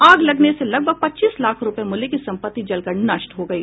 आग लगने से लगभग पच्चीस लाख रूपये मूल्य की संपत्ति जल कर नष्ट हो गयी